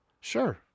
Sure